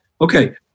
Okay